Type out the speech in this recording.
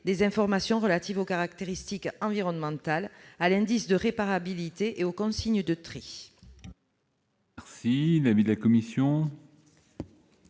des informations relatives aux caractéristiques environnementales, à l'indice de réparabilité et aux consignes de tri.